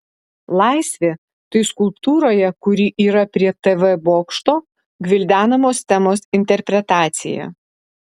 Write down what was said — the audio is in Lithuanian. laisvė tai skulptūroje kuri yra prie tv bokšto gvildenamos temos interpretacija